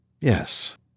Yes